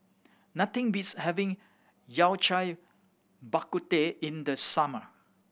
nothing beats having Yao Cai Bak Kut Teh in the summer